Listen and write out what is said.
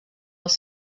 els